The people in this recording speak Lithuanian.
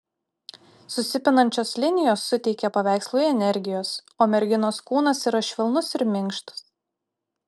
susipinančios linijos suteikia paveikslui energijos o merginos kūnas yra švelnus ir minkštas